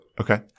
Okay